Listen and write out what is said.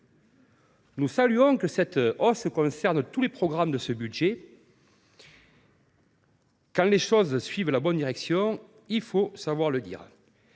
Nous saluons le fait que cette hausse concerne tous les programmes de la présente mission. Quand les choses suivent la bonne direction, il faut savoir le dire